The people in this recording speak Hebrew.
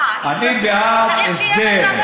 אני בעד הסדר.